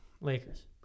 Lakers